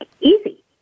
easy